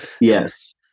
Yes